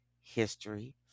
History